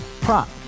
prop